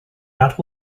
not